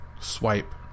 swipe